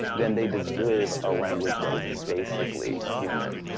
then they deserve a language that is basically human.